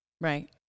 right